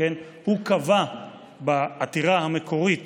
הוא קבע בעתירה המקורית